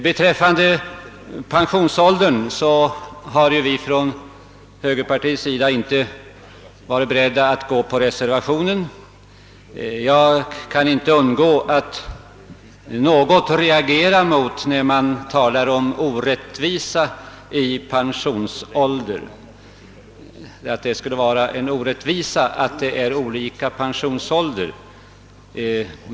Beträffande pensionsåldern har högerpartiet inte varit berett att stödja reservationen. Jag kan inte undgå att något reagera mot talet om att det skulle vara orättvist med olika pensionsåldrar.